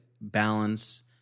balance